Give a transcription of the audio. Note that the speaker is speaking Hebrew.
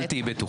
אל תהיי בטוחה.